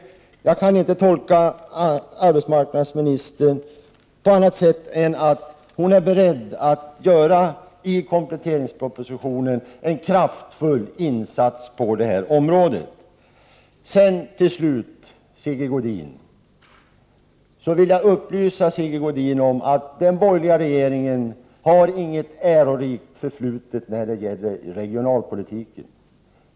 Jag kan inte tolka arbetsmarknadsministern på annat sätt än att hon är beredd att i kompletteringspropositionen göra en kraftfull insats på detta område. Till slut vill jag upplysa Sigge Godin om att den borgerliga regeringen inte har något ärorikt förflutet när det gäller regionalpolitiken.